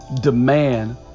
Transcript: demand